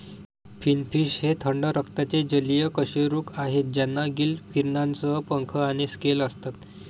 finfish हे थंड रक्ताचे जलीय कशेरुक आहेत ज्यांना गिल किरणांसह पंख आणि स्केल असतात